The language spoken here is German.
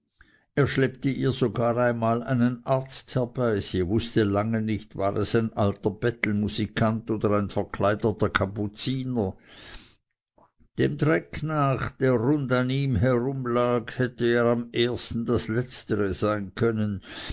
er schleppte ihr sogar einmal einen arzt herbei sie wußte lange nicht war es ein alter bettelmusikant oder ein verkleideter kapuziner dem dreck nach der rund an ihm herumlag hätte er am ersten das letztere sein können